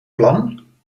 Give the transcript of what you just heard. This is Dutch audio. plan